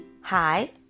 Hi